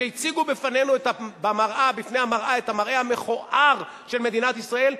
שהציגו לפני המראה את המראה המכוער של מדינת ישראל,